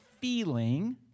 feeling